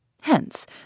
Hence